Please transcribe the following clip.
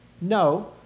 No